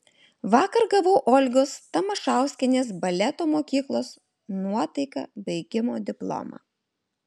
vakar gavau olgos tamašauskienės baleto mokyklos nuotaika baigimo diplomą